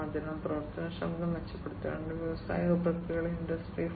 അതിനാൽ പ്രവർത്തനക്ഷമത മെച്ചപ്പെടുത്തേണ്ടതുണ്ട് വ്യാവസായിക പ്രക്രിയകളിൽ ഇൻഡസ്ട്രി 4